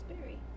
berry